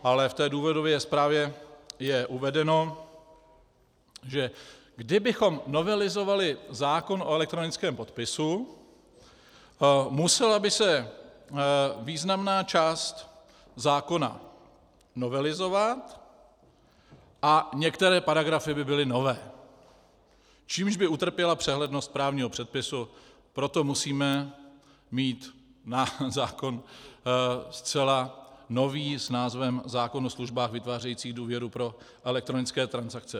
Ale v důvodové zprávě je uvedeno, že kdybychom novelizovali zákon o elektronickém podpisu, musela by se významná část zákona novelizovat a některé paragrafy by byly nové, čímž by utrpěla přehlednost právního předpisu, proto musíme mít zákon zcela nový s názvem zákon o službách vytvářejících důvěru pro elektronické transakce.